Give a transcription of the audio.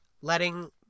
letting